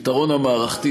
הפתרון המערכתי,